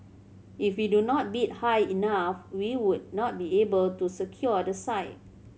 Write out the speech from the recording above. if we do not bid high enough we would not be able to secure the site